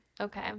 Okay